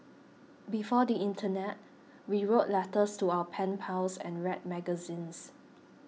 before the internet we wrote letters to our pen pals and read magazines